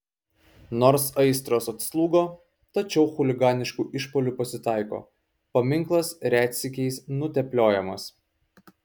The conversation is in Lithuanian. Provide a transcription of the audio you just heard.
nors aistros atslūgo tačiau chuliganiškų išpuolių pasitaiko paminklas retsykiais nutepliojamas